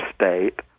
state